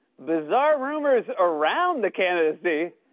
bizarre rumors around the candidacy?